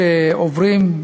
שעוברים,